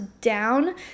down